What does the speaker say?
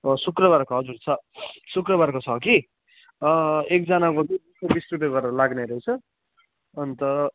शुक्रबारको हजुर छ शुक्रबारको छ कि एकजनाको चाहिँ दुई सौ बिस रुपियाँ गरेर लाग्ने रहेछ अन्त